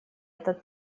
этот